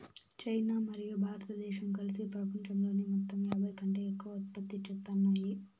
China మరియు భారతదేశం కలిసి పపంచంలోని మొత్తంలో యాభైకంటే ఎక్కువ ఉత్పత్తి చేత్తాన్నాయి